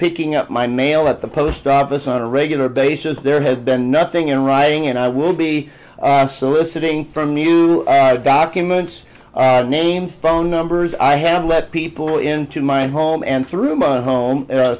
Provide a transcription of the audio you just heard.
picking up my mail at the post office on a regular basis there has been nothing in writing and i will be soliciting from you are documents name phone numbers i have let people into my home and through my home